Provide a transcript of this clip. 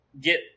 get